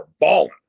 balling